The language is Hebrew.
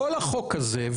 כל החוק הזה,